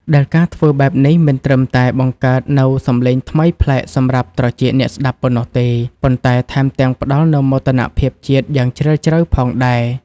ដែលការធ្វើបែបនេះមិនត្រឹមតែបង្កើតនូវសំឡេងថ្មីប្លែកសម្រាប់ត្រចៀកអ្នកស្តាប់ប៉ុណ្ណោះទេ ប៉ុន្តែថែមទាំងផ្តល់នូវមោទនភាពជាតិយ៉ាងជ្រាលជ្រៅផងដែរ។